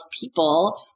people